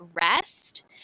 rest